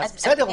אז בסדר,